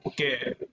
Okay